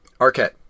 Arquette